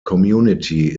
community